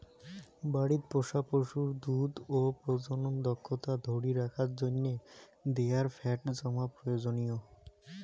বাড়িত পোষা পশুর দুধ ও প্রজনন দক্ষতা ধরি রাখার জইন্যে দেহার ফ্যাট জমা প্রয়োজনীয়